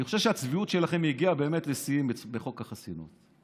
אני חושב שהצביעות שלכם הגיעה לשיאים בחוק החסינות.